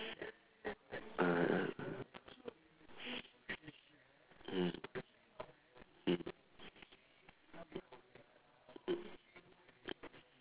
(uh huh) mmhmm mm